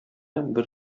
бер